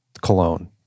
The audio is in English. Cologne